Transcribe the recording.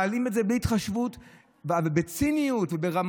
מעלים את זה בלי התחשבות ובציניות וברמאות,